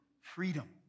freedom